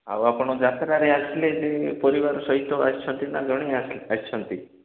ଆଉ ଆପଣ ଯାତ୍ରାରେ ଆସିଲେ ଯେ ପରିବାର ସହିତ ଆସିଛନ୍ତି ନା ଜଣେ ଆସିଛନ୍ତି